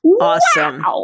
Awesome